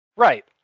Right